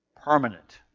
permanent